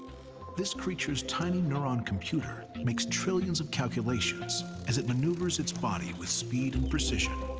this creature's tiny neuron computer makes trillions of calculations as it maneuvers its body with speed and precision.